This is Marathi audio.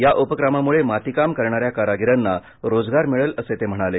या उपक्रमामुळे मातीकाम करणाऱ्या कारागिरांना रोजगार मिळेल असं ते म्हणाले